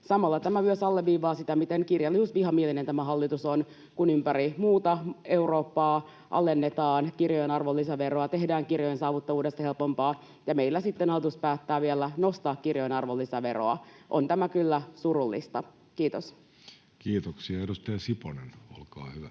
Samalla tämä myös alleviivaa sitä, miten kirjallisuusvihamielinen tämä hallitus on. Kun ympäri muuta Eurooppaa alennetaan kirjojen arvonlisäveroa, tehdään kirjojen saavutettavuudesta helpompaa, niin meillä sitten hallitus päättää vielä nostaa kirjojen arvonlisäveroa. On tämä kyllä surullista. — Kiitos. Kiitoksia. — Edustaja Siponen, olkaa hyvä.